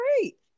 great